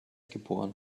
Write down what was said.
geboren